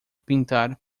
pintar